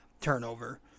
turnover